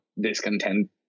discontent